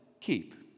Keep